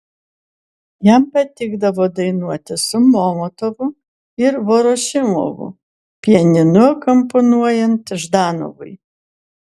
jam patikdavo dainuoti su molotovu ir vorošilovu pianinu akompanuojant ždanovui